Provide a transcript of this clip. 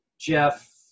Jeff